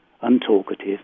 untalkative